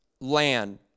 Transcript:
land